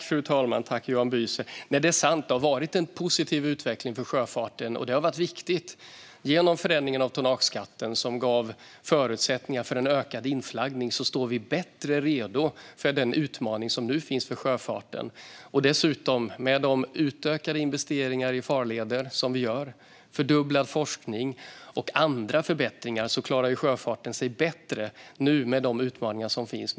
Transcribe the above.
Fru talman! Tack, Johan Büser! Det är sant att det har varit en positiv utveckling för sjöfarten, vilket har varit viktigt. Genom förändringen av tonnageskatten, som gav förutsättningar för en ökad inflaggning, står vi bättre rustade för den utmaning som nu finns för sjöfarten. Med de utökade investeringar i farleder som vi gör, fördubblad forskning och andra förbättringar klarar sig sjöfarten bättre nu, med de utmaningar som finns.